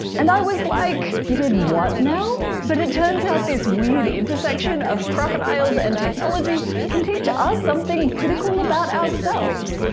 and i was like. you did what now? but it turns out that this weird intersection of crocodiles and technology can teach us something pretty cool about ourselves.